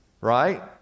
right